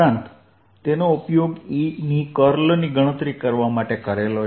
ઉપરાંત તેનો ઉપયોગ E ની curl ની ગણતરી કરવા માટે કર્યો છે